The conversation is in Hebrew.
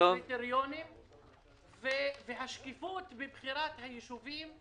הקריטריונים והשקיפות בבחירת היישובים.